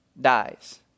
dies